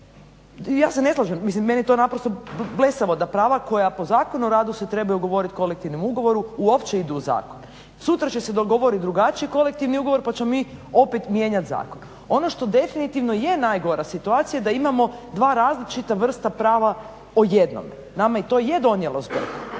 Ja se ne slažem. Meni je to naprosto blesavo da prava koja po Zakonu o radu se trebaju govoriti u kolektivnom ugovoru uopće idu u zakon. Sutra će se dogovorit drugačije kolektivni ugovor pa ćemo mi opet mijenjat zakon. Ono što definitivno je najgora situacija da imamo dva različita vrsta prava o jednom. Nama je i to je donijelo